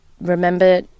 remember